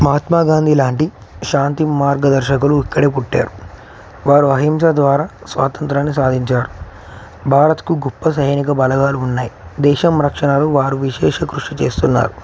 మహాత్మా గాంధీ లాంటి శాంతి మార్గదర్శకులు ఇక్కడే పుట్టారు వారు అహింస ద్వారా స్వాతంత్రాన్ని సాధించారు భారత్కు గొప్ప సైనిక బలగాలు ఉన్నాయి దేశ రక్షణకు వారు విశేష కృషి చేస్తున్నారు